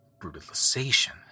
brutalization